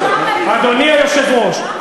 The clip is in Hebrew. אדוני היושב-ראש,